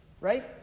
right